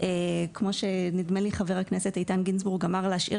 כמו שנדמה לי ח"כ איתן גינזבורג אמר שלהשאיר